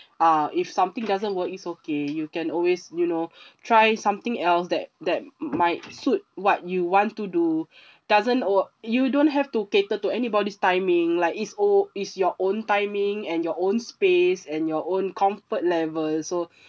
ah if something doesn't work it's okay you can always you know try something else that that might suit what you want to do doesn't or you don't have to cater to anybody's timing like it's o~ it's your own timing and your own space and your own comfort level so